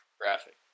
Graphic